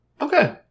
Okay